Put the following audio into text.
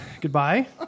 Goodbye